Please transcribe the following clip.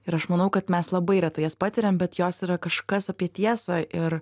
ir aš manau kad mes labai retai jas patiriam bet jos yra kažkas apie tiesą ir